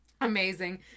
amazing